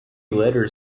letter